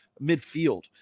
midfield